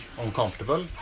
uncomfortable